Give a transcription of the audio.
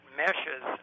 meshes